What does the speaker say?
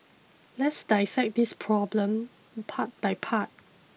let's dissect this problem part by part